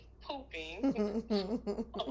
pooping